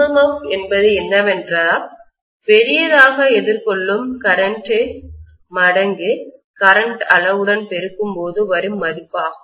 MMF என்பது என்னவென்றால் பெரியதாக எதிர்கொள்ளும் கரண்ட்மின்னோட்டத்தை மடங்கு கரண்ட் அளவுடன் பெருக்கும்போது வரும் மதிப்பாகும்